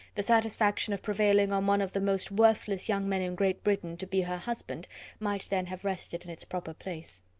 the satisfaction of prevailing on one of the most worthless young men in great britain to be her husband might then have rested in its proper place.